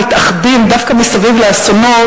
מתאחדים דווקא מסביב לאסונות,